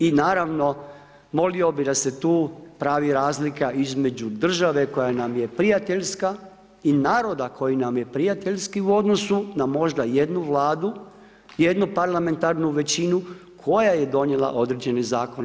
I naravno molio bih da se tu pravi razlika između države koja nam je prijateljska i naroda koji je prijateljski u odnosu na možda jednu Vladu, jednu parlamentarnu većinu koja je donijela određeni zakon.